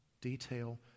detail